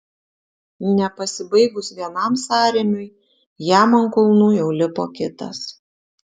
nepasibaigus vienam sąrėmiui jam ant kulnų jau lipo kitas